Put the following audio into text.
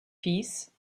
piece